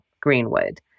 Greenwood